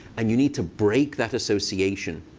and you need to break that association.